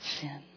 sin